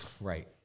right